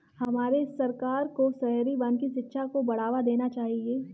हमारे सरकार को शहरी वानिकी शिक्षा को बढ़ावा देना चाहिए